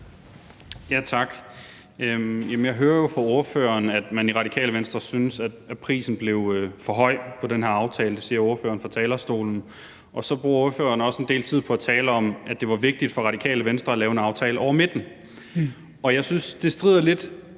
Tak. Jeg hører jo fra ordføreren, at man i Radikale Venstre synes, at prisen blev for høj for den her aftale. Det siger ordføreren fra talerstolen. Og så bruger ordføreren også en del tid på at tale om, at det var vigtigt for Radikale Venstre at lave en aftale over midten. Jeg synes, at det stritter lidt